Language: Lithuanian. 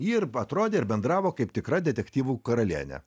ir atrodė ir bendravo kaip tikra detektyvų karalienė